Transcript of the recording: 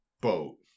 boat